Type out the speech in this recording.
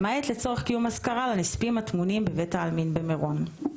למעט לצורך קיום אזכרה לנספים הטמונים בבית העלמין במירון.